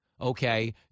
okay